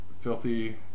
filthy